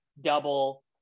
double